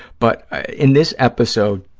but in this episode,